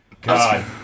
God